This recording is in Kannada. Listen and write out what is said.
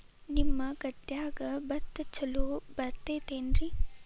ನಿಮ್ಮ ಗದ್ಯಾಗ ಭತ್ತ ಛಲೋ ಬರ್ತೇತೇನ್ರಿ?